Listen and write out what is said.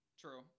True